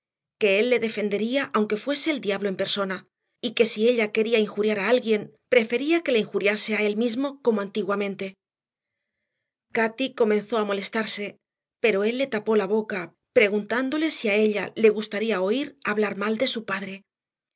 que él le defendería aunque fuese el diablo en persona y que si ella quería injuriar a alguien prefería que le injuriase a él mismo como antiguamente cati comenzó a molestarse pero él le tapó la boca preguntándole si a ella le gustaría oír hablar mal de su padre